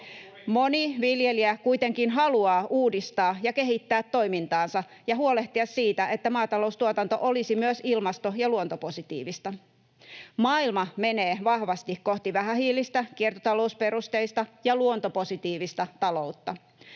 Moni viljelijä kuitenkin haluaa uudistaa ja kehittää toimintaansa ja huolehtia siitä, että maataloustuotanto olisi myös ilmasto‑ ja luontopositiivista. Maailma menee vahvasti kohti vähähiilistä, kiertotalousperusteista ja luontopositiivista taloutta.